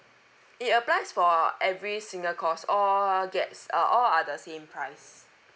it applies for every single course all gets uh all are the same price